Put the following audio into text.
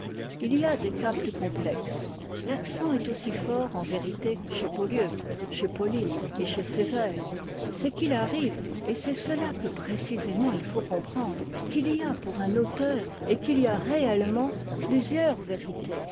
il y a des cas plus complexes l'accent est aussi fort en vérité chez polyeucte chez pauline et chez sévère c'est qu'il arrive et c'est cela que précisément il faut comprendre qu'il y a pour un auteur et qu'il y a réellement plusieurs vérités